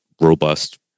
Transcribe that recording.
robust